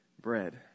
bread